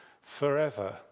Forever